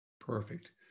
Perfect